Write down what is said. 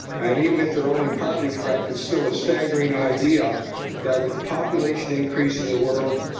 and even if they're only partly correct, it's still a staggering idea that with population increase in the world,